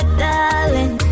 darling